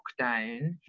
lockdown